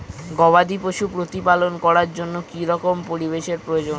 গবাদী পশু প্রতিপালন করার জন্য কি রকম পরিবেশের প্রয়োজন?